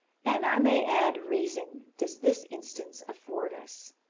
and i may add reason, does this instance afford us!